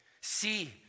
See